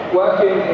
working